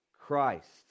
Christ